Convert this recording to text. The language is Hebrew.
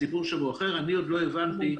דבר נוסף,